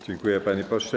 Dziękuję, panie pośle.